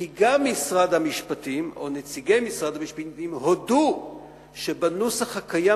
כי גם משרד המשפטים או נציגי משרד המשפטים הודו שהנוסח הקיים